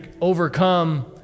overcome